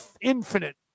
infinite